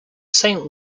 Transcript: saint